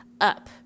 up